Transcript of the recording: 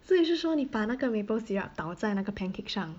所以是说你把那个 maple syrup 倒在那个 pancake 上